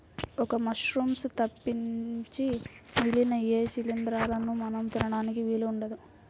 ఒక్క మశ్రూమ్స్ తప్పించి మిగిలిన ఏ శిలీంద్రాలనూ మనం తినడానికి వీలు ఉండదు